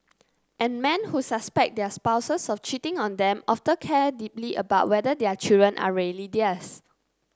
and man who suspect their spouses of cheating on them often care deeply about whether their children are really theirs